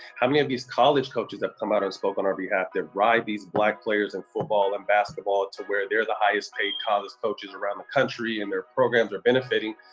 how many of these college coaches have come out and spoke on our behalf that ride these black players in and football and basketball to where they're the highest-paid college coaches around the country and their programs are benefiting?